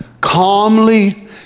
calmly